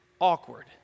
Awkward